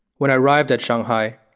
when i arrived at shanghai,